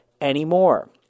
anymore